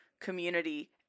community